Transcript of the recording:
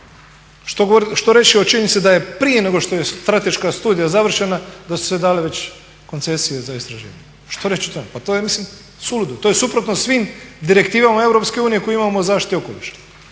Što reći o činjenici da je prije nego što je strateška studija završena da su se dale već koncesije za istraživanje. Što reći o tome? Pa to je ja mislim suludo, to je suprotno svim direktivama EU koje imamo u zaštiti okoliša.